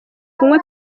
kunywa